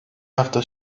hafta